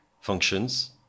functions